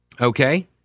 Okay